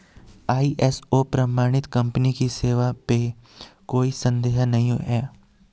ISO प्रमाणित company की सेवा पे कोई संदेह नहीं है